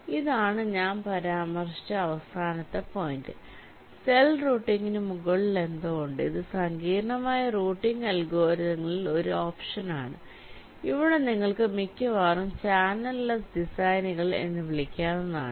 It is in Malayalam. ഇതാണ് ഞാൻ പരാമർശിച്ചഅവസാന പോയിന്റ് സെൽ റൂട്ടിംഗിന് മുകളിൽ എന്തോ ഉണ്ട് ഇത് സങ്കീർണ്ണമായ റൂട്ടിംഗ് അൽഗോരിതങ്ങളിൽ ഒരു ഓപ്ഷനാണ് ഇവിടെ നിങ്ങൾക്ക് മിക്കവാറും ചാനൽ ലെസ്സ് ഡിസൈനുകൾ എന്ന് വിളിക്കാവുന്നതാണ്